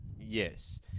Yes